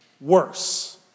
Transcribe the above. worse